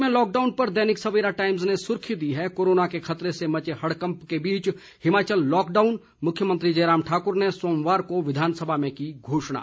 प्रदेश में लॉकडॉउन पर दैनिक सवेरा टाइम्स ने सुर्खी दी है कोरोना के खतरे से मचे हड़कम्प के बीच हिमाचल लॉकडाउन मुख्यमंत्री जयराम ठाक्र ने सोमवार को विधानसभा में की घोशणा